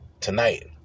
tonight